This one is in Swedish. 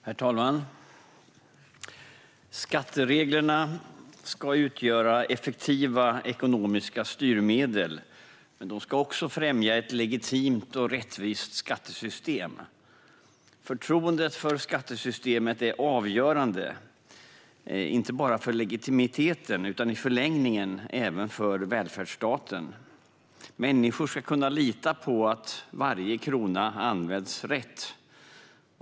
Herr talman! Skattereglerna ska utgöra effektiva ekonomiska styrmedel, men de ska också främja ett legitimt och rättvist skattesystem. Förtroendet för skattesystemet är avgörande, inte bara för legitimiteten utan i förlängningen även för välfärdsstaten. Människor ska kunna lita på att varje krona används rätt.